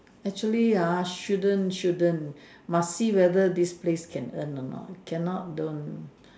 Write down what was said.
actually ah shouldn't shouldn't must see whether this place can earn or not can not don't